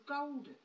golden